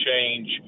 change